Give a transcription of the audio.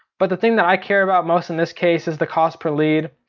but the thing that i care about most in this case is the cost per lead.